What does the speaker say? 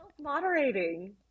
moderating